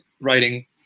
writing